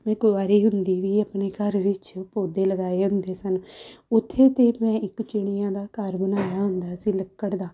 ਮੈਂ ਕੁਆਰੀ ਹੁੰਦੀ ਵੀ ਆਪਣੇ ਘਰ ਵਿੱਚ ਪੌਦੇ ਲਗਾਏ ਹੁੰਦੇ ਸਨ ਉੱਥੇ ਤਾਂ ਮੈਂ ਇੱਕ ਚਿੜੀਆਂ ਦਾ ਘਰ ਬਣਾਇਆ ਹੁੰਦਾ ਸੀ ਲੱਕੜ ਦਾ